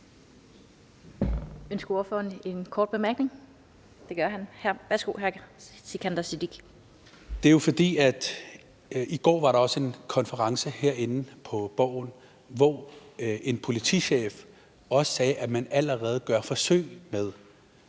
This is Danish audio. Siddique (ALT): I går var der også en konference herinde på Borgen, hvor en politichef også sagde, at man allerede gør forsøg med